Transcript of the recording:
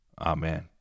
Amen